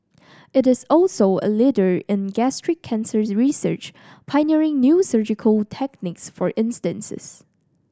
it is also a leader in gastric cancer research pioneering new surgical techniques for instances